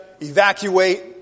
evacuate